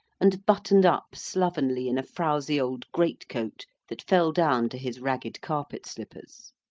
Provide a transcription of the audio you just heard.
and buttoned-up slovenly in a frowsy old great-coat that fell down to his ragged carpet-slippers.